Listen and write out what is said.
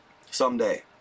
someday